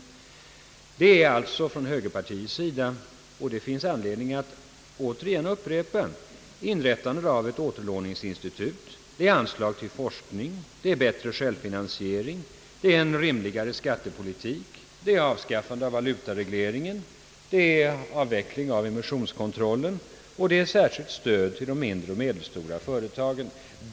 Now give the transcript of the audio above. Högerpartiet föreslår — det finns anledning att återigen upprepa det — inrättande av ett återlåneinstitut, anslag till forskning, möjligheter till bättre självfinansiering, en rimlig skattepolitik, avskaffande av valutaregleringen, avveckling av emissionskontrollen och särskilt stöd till de mindre och medelstora företagen.